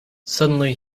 suddenly